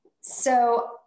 So-